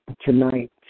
tonight